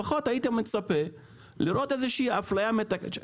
לפחות הייתי מצפה לראות איזושהי אפליה מתקנת.